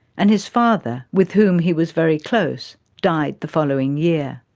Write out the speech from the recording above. and his father, with whom he was very close, died the following year.